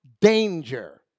danger